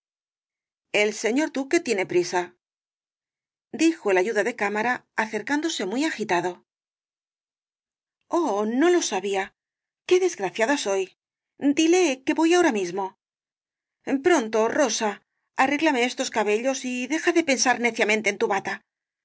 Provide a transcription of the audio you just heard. el señor duque tiene prisa dijo el ayuda de cámara acercándose muy agitado oh no lo sabía qué desgraciada soy dile que voy ahora mismo pronto rosa arréglame estos cabellos y deja de pensar neciamente en tu bata